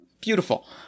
beautiful